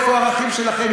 איפה הערכים שלכם?